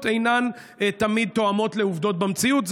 אינן תמיד תואמות עובדות במציאות.